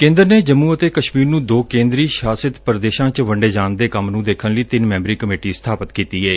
ਕੇਂਦਰ ਨੇ ਜੰਮੁ ਅਤੇ ਕਸ਼ਮੀਰ ਨੂੰ ਦੋ ਕੇਂਦਰੀ ਸ਼ਾਸਤ ਪ੍ਰਦੇਸ਼ਾਂ ਚ ਵੰਡੇ ਜਾਣ ਦੇ ਕੰਮ ਨੂੰ ਦੇਖਣ ਲਈ ਤਿੰਨ ਮੈਂਬਰੀ ਕਮੇਟੀ ਸਥਾਪਤ ਕੀਤੀ ਏ